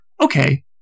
okay